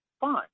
fine